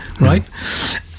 right